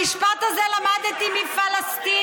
את המשפט הזה למדתי מפלסטינים.